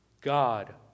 God